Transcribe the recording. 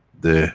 the